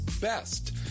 best